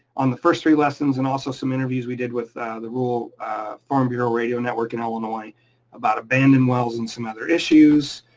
on the first three lessons and also some interviews we did with the rural farm bureau radio network in illinois about abandoned wells and some other issues,